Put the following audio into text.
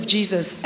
Jesus